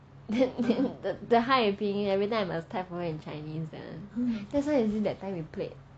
then the 汉语拼音 everytime I must type for her in chinese [one] then that's why you see that time we played